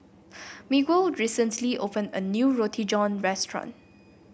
Miguel recently opened a new Roti John restaurant